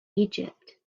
egypt